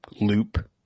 loop